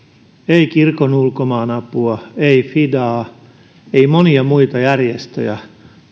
ei kirkon ulkomaanapua ei fidaa ei monia muita järjestöjä